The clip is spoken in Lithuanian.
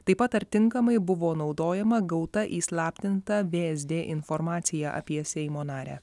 taip pat ar tinkamai buvo naudojama gauta įslaptinta vsd informacija apie seimo narę